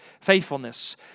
faithfulness